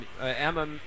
Emma